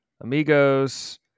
amigos